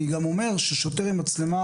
אני גם אומר ששוטר עם מצלמה